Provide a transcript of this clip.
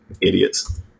idiots